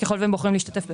ככל והם בוחרים להשתתף בזה.